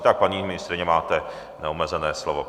Tak paní ministryně, máte neomezené slovo.